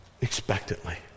expectantly